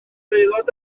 aelod